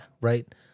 Right